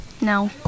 No